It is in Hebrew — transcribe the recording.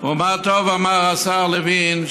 ומה טוב אמר השר לוין,